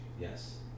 Yes